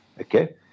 Okay